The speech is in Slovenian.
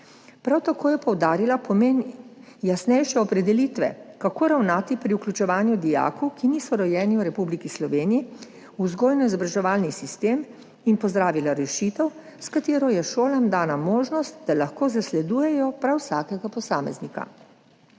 Prav tako je poudarila pomen jasnejše opredelitve, kako ravnati pri vključevanju dijakov, ki niso rojeni v Republiki Sloveniji, v vzgojno-izobraževalni sistem, in pozdravila rešitev, s katero je šolam dana možnost, da lahko zasledujejo prav vsakega posameznika.